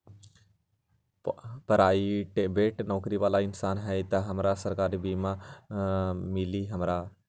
Private नौकरी बाला इंसान हई त हमरा सरकारी बीमा मिली हमरा?